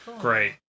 Great